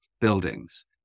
buildings